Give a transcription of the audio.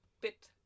bit